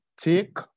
Take